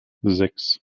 sechs